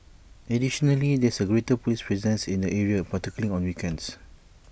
additionally there is A greater Police presence in the area particularly on weekends